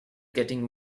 getting